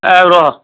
ଆଉ ରହ